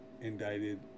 indicted